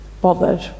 bothered